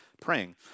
praying